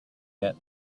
yet